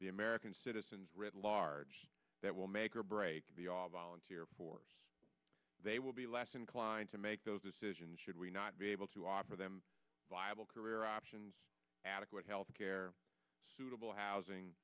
the american citizens writ large that will make or break the all volunteer force they will be less inclined to make those decisions should we not be able to offer them viable career options adequate health care suitable housing